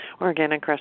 organic